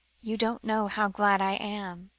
you don't know how glad i am,